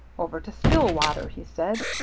over to stillwater he said.